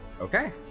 Okay